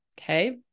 okay